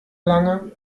lange